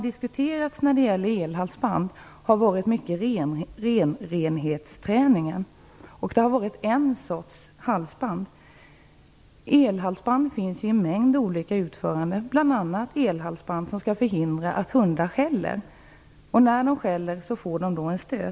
Diskussionen om elhalsband har mycket gällt renrenhetsträning, och det har gällt ett slags halsband. Elhalsband finns i en mängd olika utföranden, bl.a. sådana som skall förhindra att hundar skäller. När hundarna skäller får de en stöt.